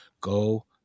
go